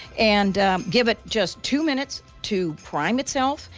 and give it just two minutes to prime itself.